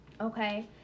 okay